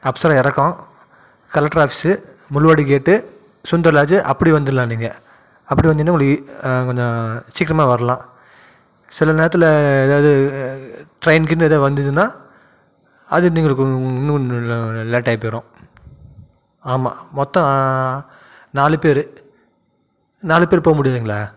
அப்சர இறக்கம் collector office Mulluvadi gate Sundar lodge அப்படி வந்துடலாம் நீங்கள் அப்படி வந்திங்கன்னால் உங்களுக்கு ஈ கொஞ்சம் சீக்கிரமாக வரலாம் சில நேரத்தில் எதாவது ட்ரெயின் கீனு எதாது வந்ததுன்னா அது நீங்கள் இன்னும் லேட்டாக போயிடும் ஆமாம் மொத்தம் நாலு பேர் நாலு பேர் போக முடியுங்களா